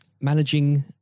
managing